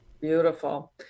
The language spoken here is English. Beautiful